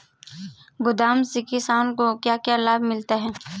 गोदाम से किसानों को क्या क्या लाभ मिलता है?